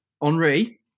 Henri